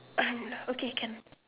um no okay can